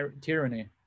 tyranny